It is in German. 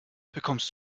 bekommst